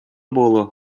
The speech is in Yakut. буолуо